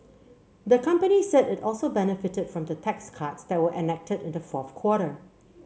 the company said it also benefited from the tax cuts that were enacted in the fourth quarter